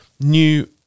new